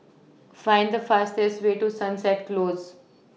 Find The fastest Way to Sunset Close